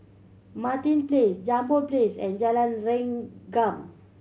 Martin Place Jambol Place and Jalan Rengkam